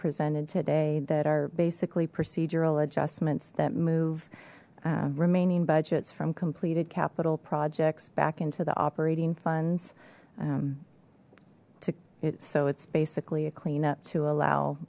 presented today that are basically procedural adjustments that move remaining budgets from completed capital projects back into the operating funds to it so it's basically a cleanup to allow